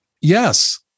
Yes